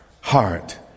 Heart